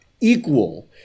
equal –